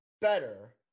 better